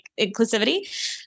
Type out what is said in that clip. inclusivity